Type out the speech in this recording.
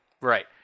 Right